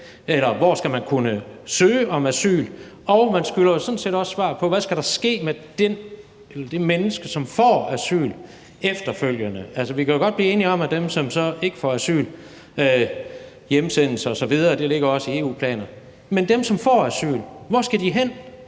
hvor man skal kunne søge om asyl. Og man skylder sådan set også svar på, hvad der efterfølgende skal ske med det menneske, som får asyl. Altså, vi kan jo godt blive enige om, at dem, som så ikke får asyl, hjemsendes osv. – det ligger også i EU's planer. Men dem, som får asyl, hvor skal de hen?